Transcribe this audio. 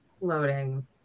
loading